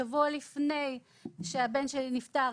שבוע לפני שהבן שלי נפטר,